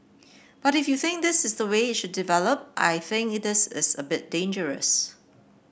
but if you think this is the way it should develop I think it is a bit dangerous